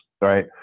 right